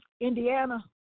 Indiana